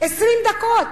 20 דקות.